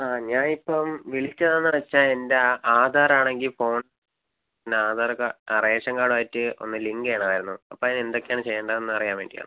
ആ ഞാനിപ്പം വിളിച്ചതെന്ന് വെച്ചാൽ എന്റെ ആധാറാണെങ്കിൽ ഫോൺ നാ ആധാർക്ക റേഷങ്കാഡായിട്ട് ഒന്ന് ലിങ്ക് ചെയ്യണമായിരുന്നു അപ്പം എന്തൊക്കെയാണ് ചെയ്യേണ്ടതെന്നറിയാൻ വേണ്ടിയാണ്